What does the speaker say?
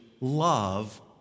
love